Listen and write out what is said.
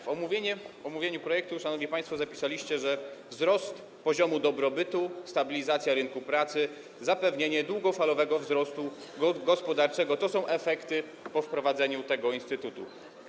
W omówieniu projektu, szanowni państwo, zapisaliście, że wzrost poziomu dobrobytu, stabilizacja rynku pracy i zapewnienie długofalowego wzrostu gospodarczego to efekty po wprowadzeniu tego instytutu.